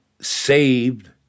saved